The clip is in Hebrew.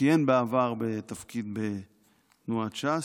וכיהן בעבר בתפקיד בתנועת ש"ס.